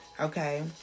okay